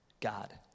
God